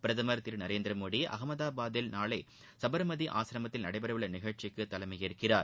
பிரதமர் திரு நரேந்திரமோடி அகமதாபாத்தில் நாளை சபர்மதி ஆசிரமத்தில் நடைபெறவுள்ள நிகழ்ச்சிக்கு தலைமை ஏற்கிறார்